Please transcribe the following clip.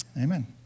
Amen